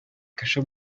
кеше